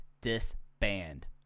disband